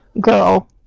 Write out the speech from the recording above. girl